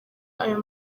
aya